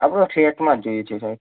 આપણે ફેલેટમાં જ જોઈએ છે સાહેબ